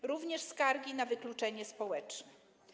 To również skargi na wykluczenie społeczne.